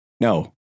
no